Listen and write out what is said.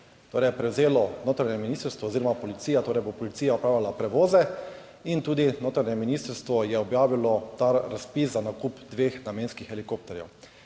torej prevzelo notranje ministrstvo oziroma policija, torej bo policija opravljala prevoze. Tudi notranje ministrstvo je objavilo ta razpis za nakup dveh namenskih helikopterjev.